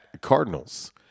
Cardinals